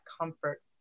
comfort